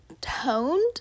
toned